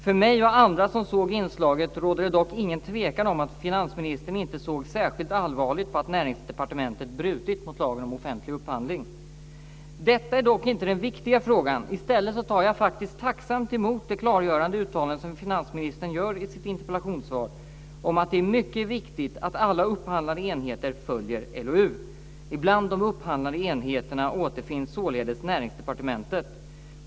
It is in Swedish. För mig och andra som såg inslaget råder det dock ingen tvekan om att finansministern inte såg särskilt allvarligt på att Näringsdepartementet brutit mot lagen om offentlig upphandling. Detta är dock inte den viktiga frågan. I stället tar jag faktiskt tacksamt emot det klargörande uttalande som finansministern gör i sitt interpellationssvar om att det är mycket viktigt att alla upphandlande enheter följer LOU. Bland de upphandlande enheterna återfinns således Näringsdepartementet.